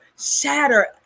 shatter